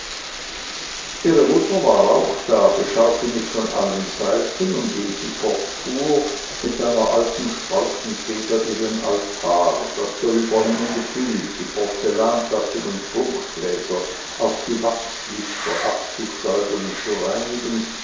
ihre mutter war auch da beschaute mich von allen seiten und indem sie fortfuhr mit einer alten straußenfeder ihren altar das darüber hängende bild die porzellantassen und prunkgläser auch die wachslichter abzustäuben und zu reinigen